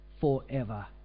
forever